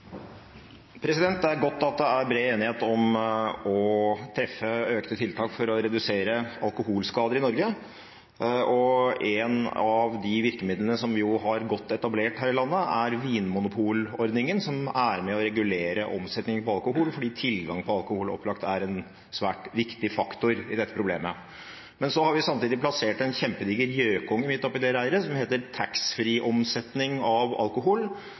godt at det er bred enighet om å treffe økte tiltak for å redusere alkoholskader i Norge. Et av de virkemidlene som er godt etablert her i landet, er vinmonopolordningen, som er med på å regulere omsetningen av alkohol, fordi tilgangen til alkohol opplagt er en svært viktig faktor i dette problemet. Så har vi samtidig plassert en kjempediger gjøkunge midt oppe i det reiret, som heter taxfree-omsetning av alkohol. Den øker veldig raskt, den øker tilgangen til og bruken av alkohol